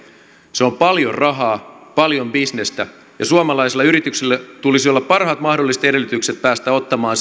se on paljon rahaa paljon bisnestä ja suomalaisilla yrityksillä tulisi olla parhaat mahdolliset edellytykset päästä ottamaan